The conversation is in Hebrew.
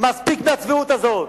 מספיק עם הצביעות הזאת.